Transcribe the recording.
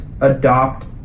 adopt